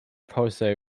posse